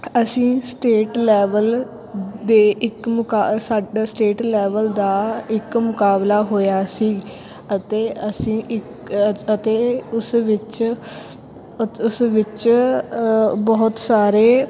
ਅਸੀਂ state level ਦੇ ਇੱਕ ਮੁਕਾ ਸਾਡਾ ਸਟੇਟ ਲੈਵਲ ਦਾ ਇੱਕ ਮੁਕਾਬਲਾ ਹੋਇਆ ਸੀ ਅਤੇ ਅਸੀਂ ਅਤੇ ਉਸ ਵਿੱਚ ਉਸ ਵਿੱਚ ਬਹੁਤ ਸਾਰੇ